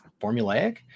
formulaic